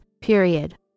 period